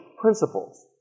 principles